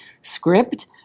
script